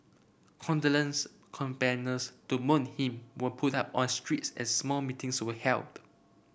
condolence banners to mourn him were put up on streets and small meetings were held